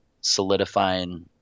solidifying